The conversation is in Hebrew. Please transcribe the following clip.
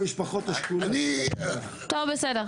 טוב, בסדר.